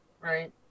right